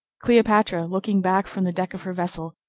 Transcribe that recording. cleopatra, looking back from the deck of her vessel,